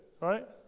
right